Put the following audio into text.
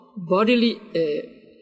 Bodily